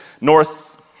North